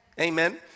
Amen